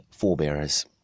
forebearers